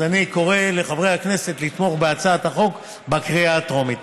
אני קורא לחברי הכנסת לתמוך בהצעת החוק בקריאה הטרומית.